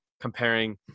comparing